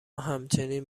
همچنین